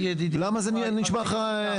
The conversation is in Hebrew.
למה זה נשמע לך?